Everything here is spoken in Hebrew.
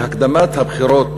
שהקדמת הבחירות